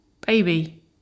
baby